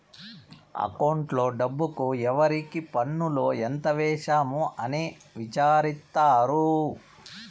అకౌంట్లో డబ్బుకు ఎవరికి పన్నులు ఎంత వేసాము అని విచారిత్తారు